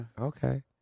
Okay